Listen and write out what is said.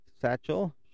satchel